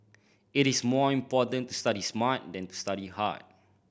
it is more important to study smart than to study hard